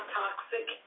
toxic